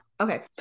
Okay